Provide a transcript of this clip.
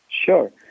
Sure